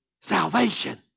salvation